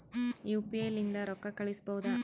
UPI ಲಿಂದ ರೊಕ್ಕ ಕಳಿಸಬಹುದಾ?